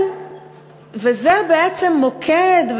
וזה בעצם מוקד,